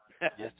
Yes